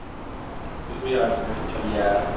we always think i do touch yeah,